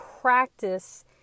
practice